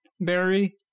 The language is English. Barry